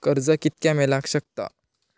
कर्ज कितक्या मेलाक शकता?